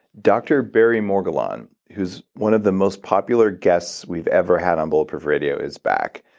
dr. barry morguelan, who's one of the most popular guests we've ever had on bulletproof radio is back.